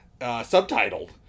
subtitled